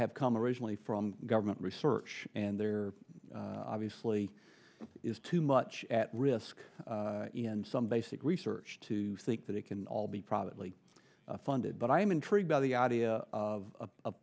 have come originally from government research and there obviously is too much at risk and some basic research to think that it can all be probably funded but i am intrigued by the idea of